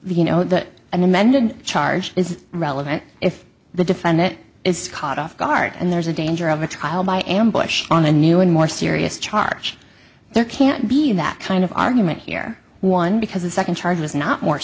you know that an amended charge is relevant if the defendant is caught off guard and there's a danger of a trial by ambush on a new and more serious charge there can't be that kind of argument here one because the second charge was not more